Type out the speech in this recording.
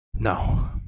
No